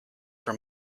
for